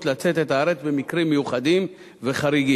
לצאת את הארץ במקרים מיוחדים וחריגים